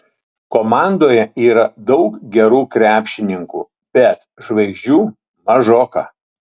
komandoje yra daug gerų krepšininkų bet žvaigždžių mažoka